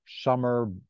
summer